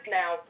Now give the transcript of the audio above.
now